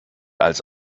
als